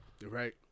Right